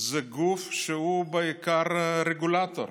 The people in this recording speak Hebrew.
זה גוף שהוא בעיקר רגולטור,